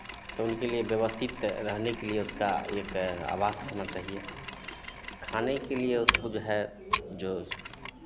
तो उनके लिए व्यवस्थित रहने के लिए उसका एक आवास होना चाहिए खाने के लिए उसको जो है जो